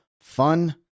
fun